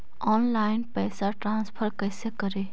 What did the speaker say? Online पैसा transfer कैसे करे?